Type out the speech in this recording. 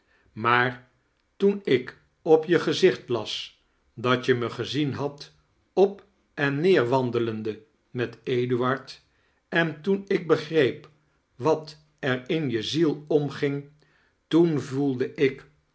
maar toen ik op je gezicht las dat je me gezien had op en neer wandelende met eduard en toen ik begreep wat er in je ziel omging toen voelde ik